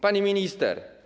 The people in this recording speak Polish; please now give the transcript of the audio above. Pani Minister!